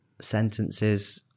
sentences